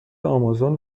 آمازون